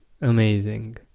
amazing